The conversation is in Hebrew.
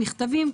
המכתבים,